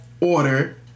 Order